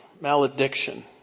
Malediction